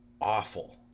awful